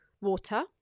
water